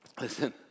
listen